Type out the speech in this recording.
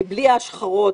בלי ההשחרות,